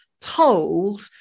told